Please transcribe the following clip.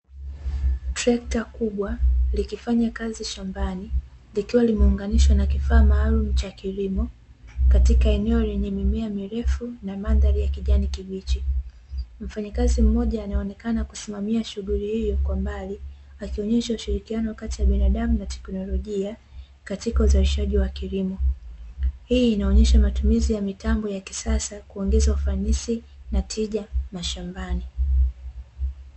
Trekta kubwa likifanya kazi shambani, likiwa limeunganishwa na kifaa maalumu cha kilimo katika eneo lenye mimea mirefu na mandhari ya kijani kibichi. Mfanyakazi mmoja anaonekana kusimamia shughuli hiyo, kwa mbali akionyesha ushirikiano wa kati ya binadamu na teknolojia katika uzalishaji wa kilimo. Hii inaonyesha matumizi ya mitambo ya kisasa, kuongeza ufanisi na tija mashambani.